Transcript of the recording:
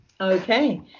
Okay